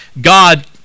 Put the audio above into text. God